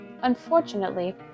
Unfortunately